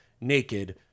naked